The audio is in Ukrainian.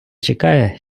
чекає